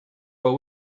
but